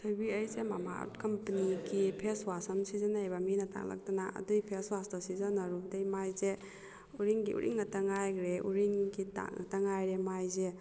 ꯊꯣꯏꯕꯤ ꯑꯩꯁꯦ ꯃꯥꯃꯥꯑꯥꯔꯠ ꯀꯝꯄꯅꯤꯒꯤ ꯐꯦꯁꯋꯥꯁ ꯑꯃ ꯁꯤꯖꯤꯟꯅꯩꯕ ꯃꯤꯅ ꯇꯥꯛꯂꯛꯇꯅ ꯑꯗꯨꯒꯤ ꯐꯦꯁꯋꯥꯁꯇꯣ ꯁꯤꯖꯤꯟꯅꯔꯨꯕꯗꯩ ꯃꯥꯏꯁꯦ ꯎꯔꯤꯡꯒꯤ ꯎꯔꯤꯡ ꯉꯥꯛꯇ ꯉꯥꯏꯈꯔꯦ ꯎꯔꯤꯡꯒꯤ ꯗꯥꯛ ꯉꯥꯛꯇ ꯉꯥꯏꯔꯦ ꯃꯥꯏꯁꯦ